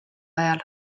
ajal